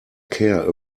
care